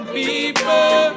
people